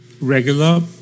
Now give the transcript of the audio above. regular